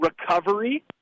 recovery